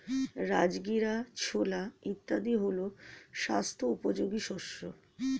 রাজগীরা, ছোলা ইত্যাদি হল স্বাস্থ্য উপযোগী শস্য